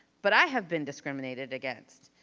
but i have been discriminated against.